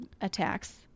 attacks